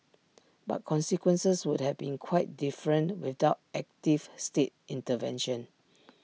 but consequences would have been quite different without active state intervention